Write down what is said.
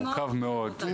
מורכב מאוד,